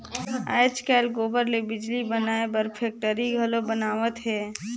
आयज कायल गोबर ले बिजली बनाए बर फेकटरी घलो बनावत हें